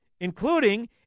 including